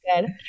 good